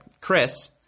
Chris